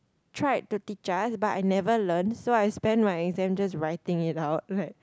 tried to teach us but I never learnt so I spend my exams just writing it out like